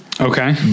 Okay